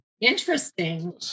Interesting